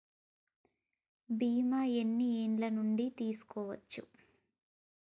బీమా ఎన్ని ఏండ్ల నుండి తీసుకోవచ్చు?